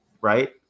right